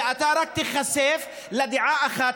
ואתה תיחשף רק לדעה אחת,